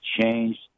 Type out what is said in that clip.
changed